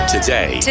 Today